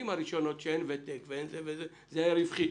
הראשונות שאין ותק וכו' זה היה רווחי,